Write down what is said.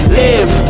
live